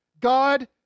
God